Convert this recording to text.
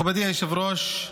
מכובדי היושב-ראש,